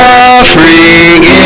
Suffering